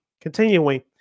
Continuing